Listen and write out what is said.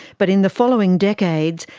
but in the following decades,